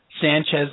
Sanchez